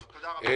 תודה רבה.